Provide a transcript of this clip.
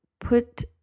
put